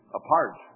apart